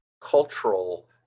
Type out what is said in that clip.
cultural